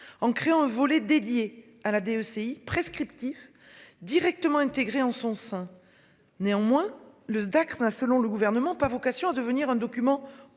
en créant un volet dédié à la DEC y'prescriptif directement intégrer en son sein. Néanmoins, le Dax hein. Selon le gouvernement. Pas vocation à devenir un document opposable